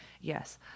Yes